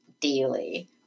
daily